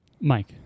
Mike